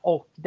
Och